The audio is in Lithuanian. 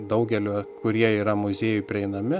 daugeliu kurie yra muziejuj prieinami